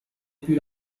più